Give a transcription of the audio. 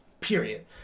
period